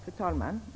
Herr talman!